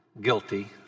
guilty